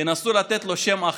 ינסו לתת לו שם אחר,